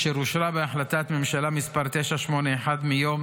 והיא אושרה בהחלטת ממשלה מס' 981 מיום